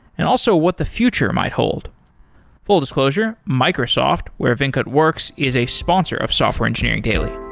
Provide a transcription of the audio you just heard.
and also what the future might hold full disclosure, microsoft where venkat works is a sponsor of software engineering daily